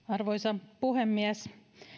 arvoisa puhemies